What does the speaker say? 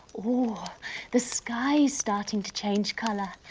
ooh the sky's starting to change colour,